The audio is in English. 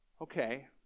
okay